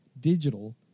digital